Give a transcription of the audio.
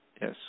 Yes